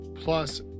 plus